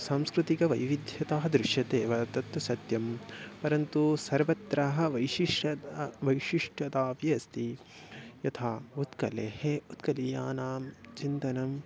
सांस्कृतिकवैविध्यता दृश्यते एव तत्तु सत्यं परन्तु सर्वत्र वैशिष्ट्यं वैशिष्टतापि अस्ति यथा उत्कलेः उत्कलीयानां चिन्तनम्